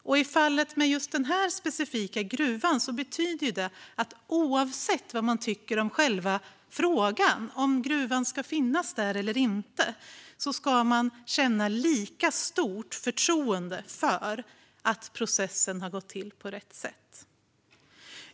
I fallet med just denna specifika gruva betyder det att man ska känna lika stort förtroende för att processen har gått till på rätt sätt oavsett vad man tycker om själva frågan, om gruvan ska finnas där eller inte.